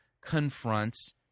confronts